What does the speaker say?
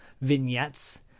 vignettes